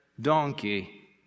donkey